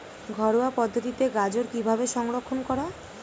ঘরোয়া পদ্ধতিতে গাজর কিভাবে সংরক্ষণ করা?